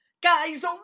Guys